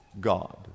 God